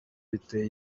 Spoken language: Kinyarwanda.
biteye